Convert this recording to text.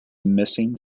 missing